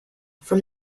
from